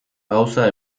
gauza